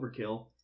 overkill